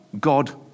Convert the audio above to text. God